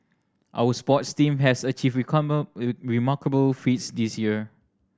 our sports team has achieved remarkable feats this year